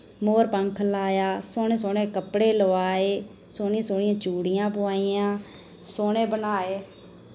मोरपंख लाया सोह्ने सोह्ने कपड़े लोआए सोह्नी सोह्नियां चूड़ियां पोआइयां सोह्ने बनाए